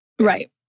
Right